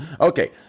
Okay